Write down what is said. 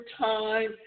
time